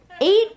Eight